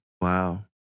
Wow